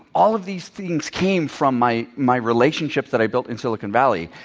all of these things came from my my relationships that i built in silicon valley.